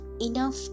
enough